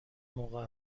موقع